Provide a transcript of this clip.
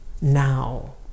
now